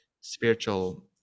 spiritual